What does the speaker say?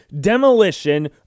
demolition